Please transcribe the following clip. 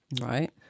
Right